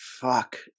fuck